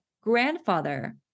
grandfather